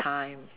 time